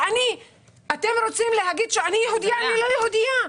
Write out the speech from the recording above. אתם רוצים להגיד שאני יהודייה, אני לא יהודייה,